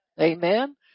Amen